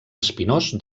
espinós